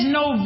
no